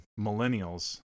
millennials